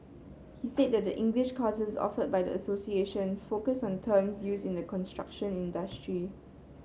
he said that the English courses offered by the association focus on terms used in the construction industry